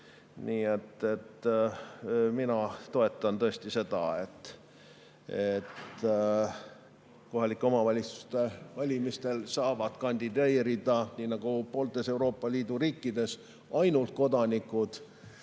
Nii et mina toetan tõesti seda, et kohalike omavalitsuste valimistel saavad kandideerida nii nagu pooltes Euroopa Liidu riikides ainult kodanikud.